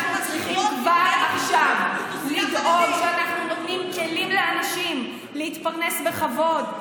אנחנו צריכים כבר עכשיו לדאוג שאנחנו נותנים כלים לאנשים להתפרנס בכבוד.